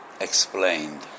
explained